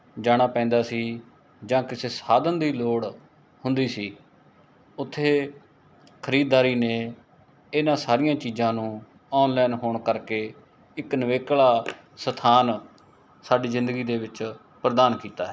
ਜਾਣਾ ਪੈਂਦਾ ਸੀ ਜਾਂ ਕਿਸੇ ਸਾਧਨ ਦੀ ਲੋੜ ਹੁੰਦੀ ਸੀ ਉੱਥੇ ਖਰੀਦਦਾਰੀ ਨੇ ਇਹਨਾਂ ਸਾਰੀਆਂ ਚੀਜ਼ਾਂ ਨੂੰ ਔਨਲਾਈਨ ਹੋਣ ਕਰਕੇ ਇੱਕ ਨਿਵੇਕਲਾ ਸਥਾਨ ਸਾਡੀ ਜ਼ਿੰਦਗੀ ਦੇ ਵਿੱਚ ਪ੍ਰਦਾਨ ਕੀਤਾ ਹੈ